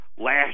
last